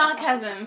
sarcasm